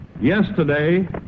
Yesterday